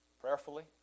prayerfully